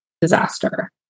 disaster